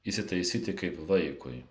įsitaisyti kaip vaikui